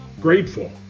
Grateful